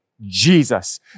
Jesus